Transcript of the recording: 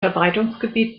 verbreitungsgebiet